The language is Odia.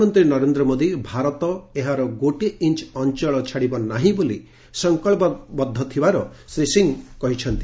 ପ୍ରଧାନମନ୍ତ୍ରୀ ନରେନ୍ଦ୍ର ମୋଦୀ ଭାରତ ଏହାର ଗୋଟିଏ ଇଞ୍ଚ ଅଞ୍ଚଳ ଛାଡ଼ିବ ନାହିଁ ବୋଲି ସଂକଳ୍ପବଦ୍ଧ ଥିବାର ଶ୍ରୀ ସିଂ ଜଣାଇଛନ୍ତି